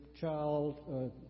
child